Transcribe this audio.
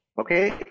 okay